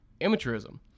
Amateurism